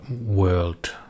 world